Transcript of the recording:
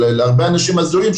להרבה אנשים הזויים,